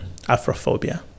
Afrophobia